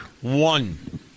One